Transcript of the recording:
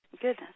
Goodness